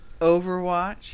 Overwatch